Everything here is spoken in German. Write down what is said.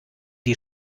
die